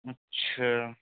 अच्छा